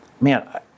Man